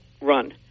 run